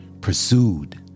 pursued